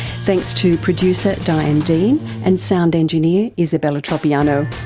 thanks to producer diane dean and sound engineer isabella tropiano.